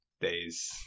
days